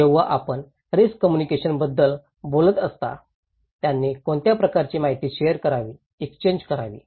जेव्हा आपण risk communication बद्दल बोलत असता त्यांनी कोणत्या प्रकारची माहिती शेअर करावी एक्सचेन्ज करावी